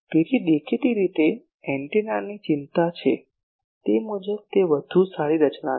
તેથી દેખીતી રીતે એન્ટેનાની ચિંતા છે તે મુજબ તે વધુ સારી રચના છે